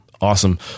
Awesome